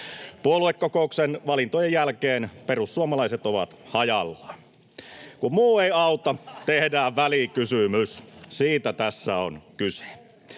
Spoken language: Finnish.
Puoluekokouksen valintojen jälkeen perussuomalaiset ovat hajallaan. Kun muu ei auta, tehdään välikysymys. [Naurua